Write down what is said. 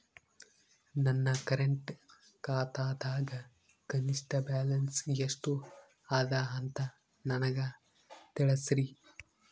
ನನ್ನ ಕರೆಂಟ್ ಖಾತಾದಾಗ ಕನಿಷ್ಠ ಬ್ಯಾಲೆನ್ಸ್ ಎಷ್ಟು ಅದ ಅಂತ ನನಗ ತಿಳಸ್ರಿ